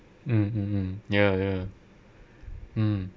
mm mm mm ya ya mm